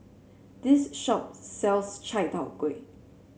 this shop sells Chai Tow Kway